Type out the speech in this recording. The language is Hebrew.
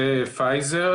זה פייזר.